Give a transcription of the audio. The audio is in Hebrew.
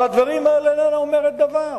על הדברים האלה איננה אומרת דבר,